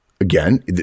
Again